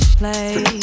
play